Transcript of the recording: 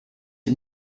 die